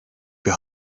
bir